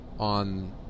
On